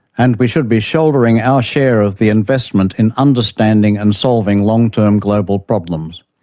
and we should be shouldering our share of the investment in understanding and solving long-term global problems.